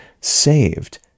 saved